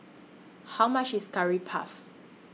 How much IS Curry Puff